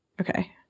okay